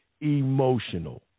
emotional